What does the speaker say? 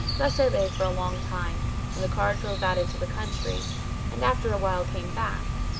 thus i lay for a long time and the car drove out into the country and after a while came back,